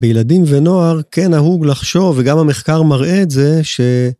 בילדים ונוער כן נהוג לחשוב, וגם המחקר מראה את זה ש...